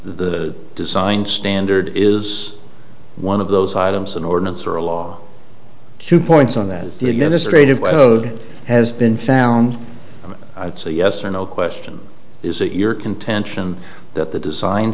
the design standard is one of those items an ordinance or a law two points on that is the administrative woad has been found it's a yes or no question is it your contention that the design